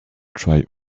try